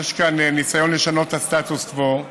יש כאן ניסיון לשנות את הסטטוס קוו,